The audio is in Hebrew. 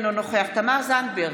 אינו נוכח תמר זנדברג,